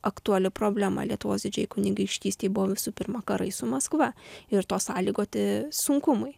aktuali problema lietuvos didžiajai kunigaikštystei buvo visų pirma karai su maskva ir to sąlygoti sunkumai